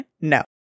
No